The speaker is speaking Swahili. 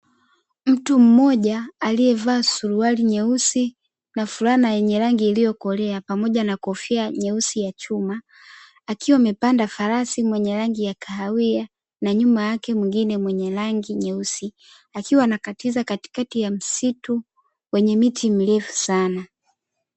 Mtu mmoja aliyevaa suruali nyeusi na fulana yenye rangi iliyokolea pamoja na kofia nyeusi ya chuma. Akiwa amepanda farasi mwenye rangi ya kahawia na nyuma yake mwingine mwenye rangi nyeusi. Akiwa anakatiza katikati ya msitu wenye miti mirefu sana.